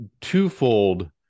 twofold